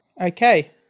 okay